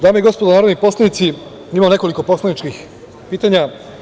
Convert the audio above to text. Dame i gospodo narodni poslanici, imam nekoliko poslaničkih pitanja.